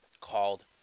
called